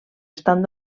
estan